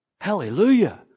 Hallelujah